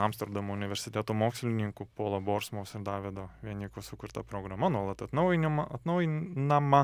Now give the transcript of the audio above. amsterdamo universiteto mokslininkų polo borsmos ir davido veniko sukurta programa nuolat atnaujinima atnaujinama